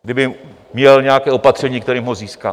Kdyby měl nějaké opatření, kterým ho získá.